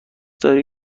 داری